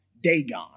Dagon